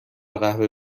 قهوه